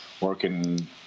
working